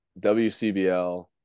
WCBL